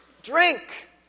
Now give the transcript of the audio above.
Drink